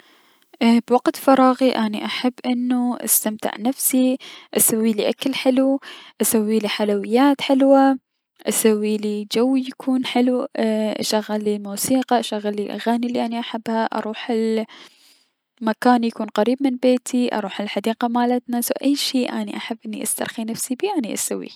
ابي- بوقت فراغي اي- اني احب انو استمتع نفسي اسويلي اكل حلو اسويلي حلويات حلوة، اسويلي جو يكون حلو اشغلي الموسيقى اشغلي الأغاني الي اني احبها، اروح لمكان يكون قريب من بيتي اروح لحديقة مالتنا سو اي شي اني احب انو اشترخي بي نفسي بيه اني اسويه.